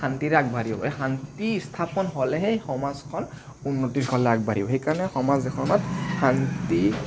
শান্তিৰে আগবাঢ়িব পাৰে এই শান্তি স্থাপন হ'লেহে সমাজখন উন্নতিৰ ফালে আগবাঢ়িব সেইকাৰণে সমাজ এখনত শান্তি